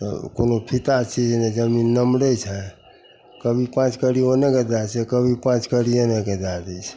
तऽ कोनो फित्ता छिए जे जमीन नमरै छै कभी पाँच कड़ी ओन्नेके दै दइ छै कभी पाँच कड़ी एन्नेके दै दइ छै